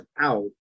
out